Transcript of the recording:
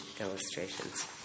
illustrations